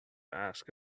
ask